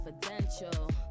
confidential